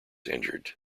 injured